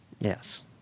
Yes